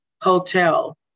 Hotel